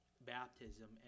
baptism